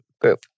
group